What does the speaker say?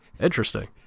interesting